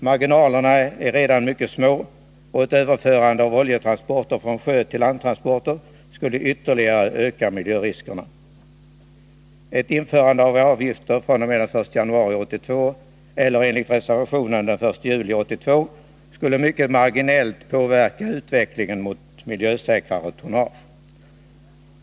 Marginalerna är redan mycket små, och ett överförande av oljetransporter från sjötill landtransporter skulle ytterligare öka miljöriskerna. Ett införande av avgifter fr.o.m. den 1 januari 1982 skulle mycket marginellt påverka utvecklingen mot miljösäkrare tonnage.